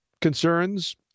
concerns